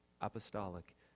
apostolic